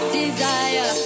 desire